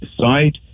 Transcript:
decide